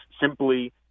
simply